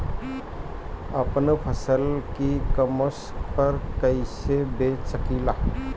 आपन फसल e commerce पर कईसे बेच सकिले?